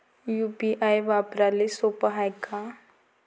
UPI वापराले सोप हाय का?